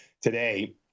today